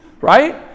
Right